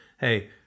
hey